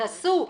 תעשו,